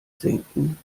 senken